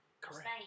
Correct